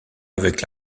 avec